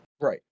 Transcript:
right